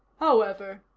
however,